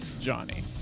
Johnny